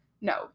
no